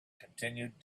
continued